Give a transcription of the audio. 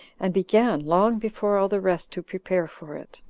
and began long before all the rest to prepare for it,